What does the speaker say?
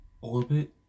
Orbit